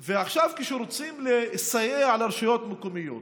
עכשיו, כשרוצים לסייע לרשויות מקומיות